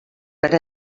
per